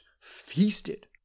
feasted